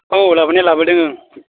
औ लाबोनाया लाबोदों ओं